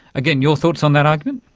again, your thoughts on that argument?